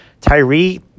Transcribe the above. Tyree